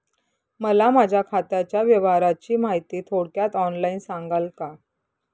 मला माझ्या खात्याच्या व्यवहाराची माहिती थोडक्यात ऑनलाईन सांगाल का?